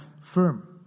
firm